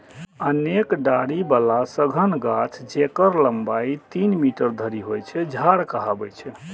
अनेक डारि बला सघन गाछ, जेकर लंबाइ तीन मीटर धरि होइ छै, झाड़ कहाबै छै